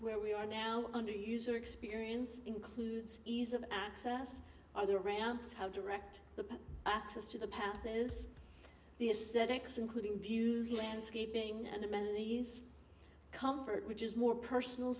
where we are now under user experience includes ease of access other ramps have direct access to the parent there is the ascetics including view landscaping and amenities comfort which is more personal